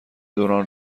دوران